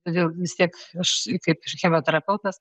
todėl vis tiek aš kaip ir chemoterapeutas